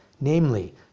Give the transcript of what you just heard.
namely